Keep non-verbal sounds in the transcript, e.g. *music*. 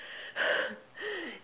*laughs*